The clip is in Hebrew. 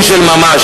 כתב השופט: "הממשלה